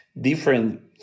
different